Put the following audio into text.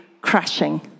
crashing